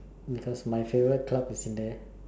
because my favorite club is in there